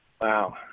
wow